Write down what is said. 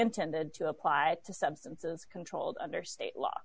intended to apply to substances controlled under state law